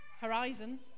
horizon